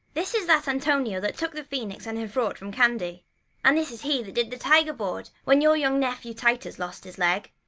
this is that antonio that took the phoenix and her fraught from candy and this is he that did the tiger board, when your young nephew titus lost his leg.